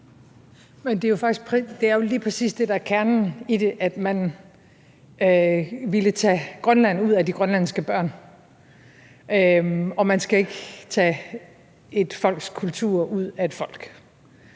Det er jo lige præcis det, der er kernen i det, nemlig at man ville tage Grønland ud af de grønlandske børn – og man skal ikke tage et folks kultur ud af et folk.